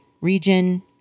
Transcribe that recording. region